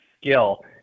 skill